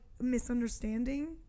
misunderstanding